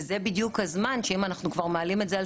וזה בדיוק הזמן שאם אנחנו כבר מעלים את זה על